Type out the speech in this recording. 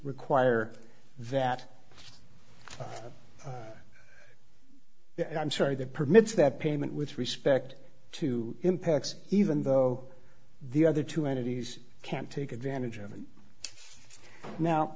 require that i'm sorry that permits that payment with respect to impacts even though the other two entities can't take advantage of an now